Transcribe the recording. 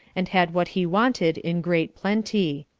and had what he wanted in great plenty.